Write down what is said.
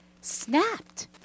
snapped